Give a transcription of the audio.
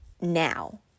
now